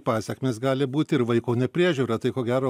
pasekmės gali būti ir vaiko nepriežiūra tai ko gero